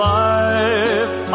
life